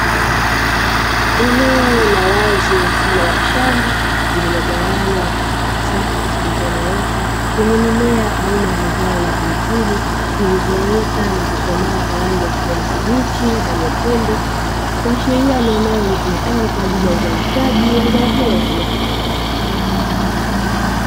Eneo la wazi mfano wa shamba lililogawanywa katika safu zilizonyooka zenye mimea aina ya pilipili zilizoota na kukomaa kwa rangi ya kijani kibichi na nyekundu, kuashiria ni eneo litumikalo kwa ajili ya uzalishaji wa zao hilo la biashara.